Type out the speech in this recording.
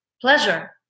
pleasure